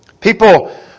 People